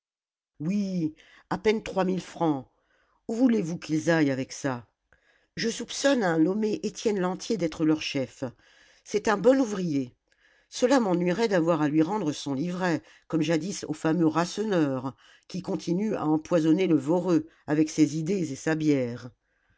oui à peine trois mille francs où voulez-vous qu'ils aillent avec ça je soupçonne un nommé étienne lantier d'être leur chef c'est un bon ouvrier cela m'ennuierait d'avoir à lui rendre son livret comme jadis au fameux rasseneur qui continue à empoisonner le voreux avec ses idées et sa bière